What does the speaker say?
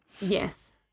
Yes